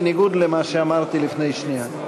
בניגוד למה שאמרתי לפני שנייה.